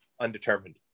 undetermined